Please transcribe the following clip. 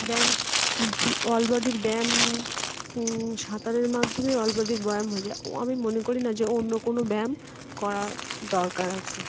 ব্যায়াম অল বডির ব্যায়াম সাঁতারের মাধ্যমে অলবডির ব্যায়াম হয়ে যায় ও আমি মনে করি না যে অন্য কোনো ব্যায়াম করা দরকার আছে